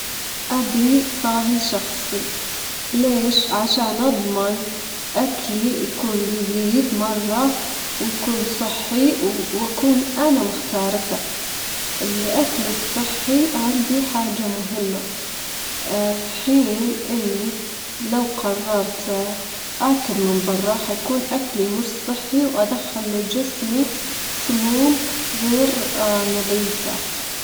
أفضل البرودة الشديدة، لأنك في حالة البرد تجدرين تلبسين ملابس دافية وتكونين مرتاحة، لكن في الحر الشديد صعب تتحملين وممكن تتعبين ويسبب لتش التعب.